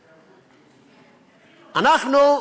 אנחנו,